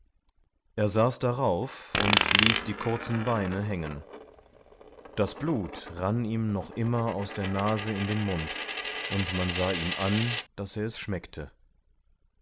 er saß darauf und ließ die kurzen beine hängen das blut rann ihm noch immer aus der nase in den mund und man sah ihm an daß er es schmeckte